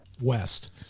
West